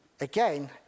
again